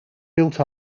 built